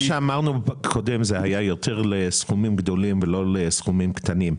מה שאמרנו קודם זה היה יותר לסכומים גדולים ולא לסכומים קטנים,